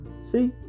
see